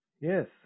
yes